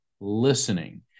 listening